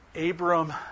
Abram